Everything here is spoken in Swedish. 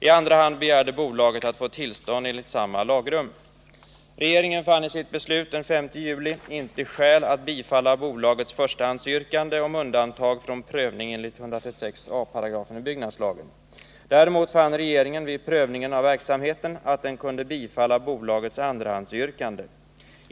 I andra hand begärde bolaget att få tillstånd enligt samma lagrum. Regeringen fann i sitt beslut den 5 juli 1979 inte skäl att bifalla bolagets förstahandsyrkande om undantag från prövning enligt 136 a § BL. Däremot fann regeringen vid prövningen av verksamheten att den kunde bifalla bolagets andrahandsyrkande.